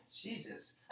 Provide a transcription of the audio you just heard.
Jesus